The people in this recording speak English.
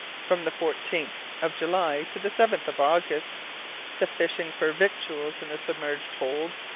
from the fourteenth of july to the seventh of august the fishing for victuals in the submerged hold,